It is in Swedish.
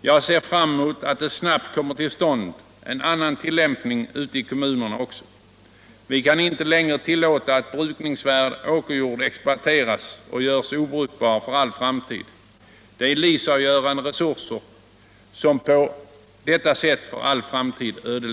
Jag ser fram emot att det snabbt kommer till stånd en annan tillämpning också ute i kommunerna. Vi kan inte längre tillåta att brukningsvärd åkerjord exploateras och görs obrukbar för all framtid. Det är livsavgörande resurser som på det sättet definitivt ödeläggs.